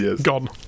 gone